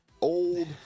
old